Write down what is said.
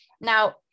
now